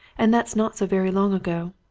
and that's not so very long ago.